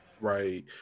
right